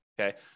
okay